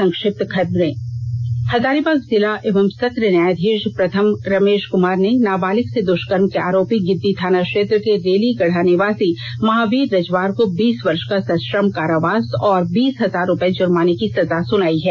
संक्षिप्त खबरें हजारीबाग जिला एवं सत्र न्यायाधीश प्रथम रमेश क्मार ने नाबालिग से दृष्कर्म के आरोपी गिद्दी थाना क्षेत्र के रेलीगढ़ा निवासी महावीर रजवार को बीस वर्ष का सश्रम कारावास औश्र बीस हजार रुपये जुर्माने की सजा सुनाई है